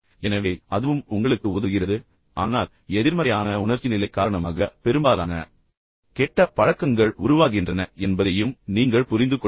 எனவே அதுவும் உங்களுக்கு உதவுகிறது ஆனால் எதிர்மறையான உணர்ச்சி நிலை காரணமாக பெரும்பாலான கெட்ட பழக்கங்கள் உருவாகின்றன என்பதையும் நீங்கள் புரிந்துகொள்ளுங்கள்